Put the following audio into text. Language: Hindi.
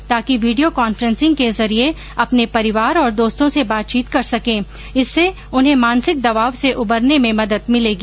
ताकि वीडियो कॉन्फ्रेन्सिंग के जरिये अपने परिवार और दोस्तों से बातचीत कर सकें े इससे उन्हें मानसिक दबाव से उभरने में मदद मिलेगी